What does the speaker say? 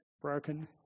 broken